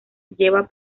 lleva